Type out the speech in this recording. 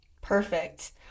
Perfect